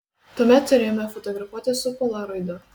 tuomet turėjome fotografuoti su polaroidu